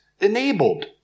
enabled